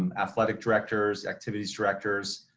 um athletic directors, activities directors,